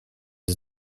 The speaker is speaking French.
les